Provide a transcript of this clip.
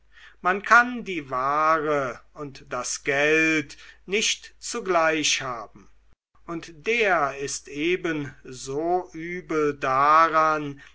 man kann die ware und das geld nicht zugleich haben und der ist ebenso übel dran